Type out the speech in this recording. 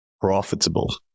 profitable